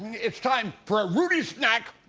it's time for a rudy snack.